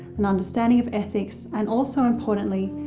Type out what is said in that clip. an understanding of ethics and also, importantly,